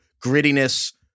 grittiness